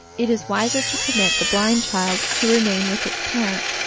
it is wiser to permit the blind child to remain with its parents,